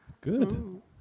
Good